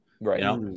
right